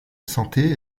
santé